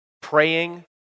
praying